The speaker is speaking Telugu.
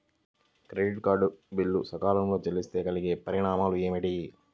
క్రెడిట్ కార్డ్ బిల్లు సకాలంలో చెల్లిస్తే కలిగే పరిణామాలేమిటి?